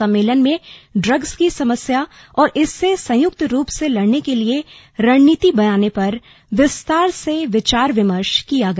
सम्मेलन में इग्स की समस्या और इससे संयुक्त रूप से लड़ने के लिए रणनीति बनाने पर विस्तार से विचार विमर्श किया गया